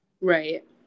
Right